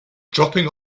dropping